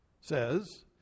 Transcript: says